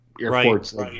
airport's